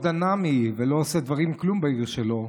אנמי ולא עושה דברים כלום בעיר שלו,